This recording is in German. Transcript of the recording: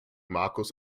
markus